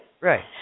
Right